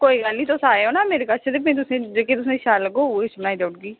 कोई गल्ल नीं तुस आएओ ना मेरे कश फिर तुसेंगी जेह्की शैल लग्गोग ओह् ही तुसेंगी बनाई देई औड़गी